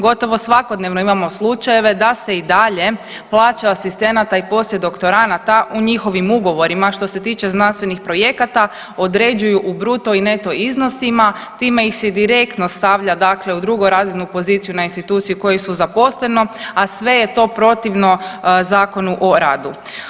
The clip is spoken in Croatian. Gotovo svakodnevno imamo slučajeve da se i dalje plaća asistenata i poslijedoktoranada u njihovim ugovorima, što se tiče znanstvenih projekata određuju u bruto i neto iznosima, time ih se direktno stavlja dakle u drugorazrednu poziciju na instituciju u kojoj su zaposleno, a sve je to protivno Zakonu o radu.